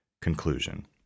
conclusion